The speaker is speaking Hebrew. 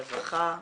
רווחה,